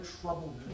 trouble